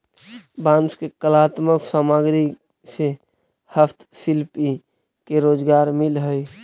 बांस के कलात्मक सामग्रि से हस्तशिल्पि के रोजगार मिलऽ हई